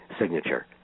signature